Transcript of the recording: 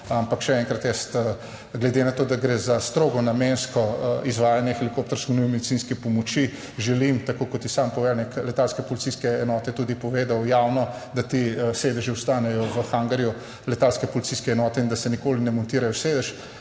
ampak še enkrat jaz glede na to, da gre za strogo namensko izvajanje helikopterske nujne medicinske pomoči, želim, tako kot je sam poveljnik letalske policijske enote tudi povedal javno, da ti sedeži ostanejo v hangarju letalske policijske enote in da se nikoli ne montirajo sedež.